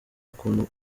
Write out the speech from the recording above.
ukuntu